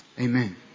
Amen